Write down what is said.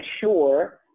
sure